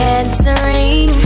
answering